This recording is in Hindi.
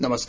नमस्कार